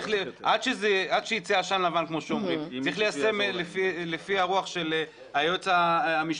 שישבו עד שיצא עשן לבן אבל צריך ליישם לפי הרוח של היועץ המשפטי